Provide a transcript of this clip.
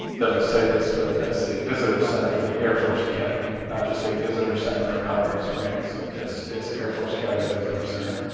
doesn't say this, but that's the visitor center for the air force academy, not just a visitor center for colorado springs. it's it's air force academy visitor center.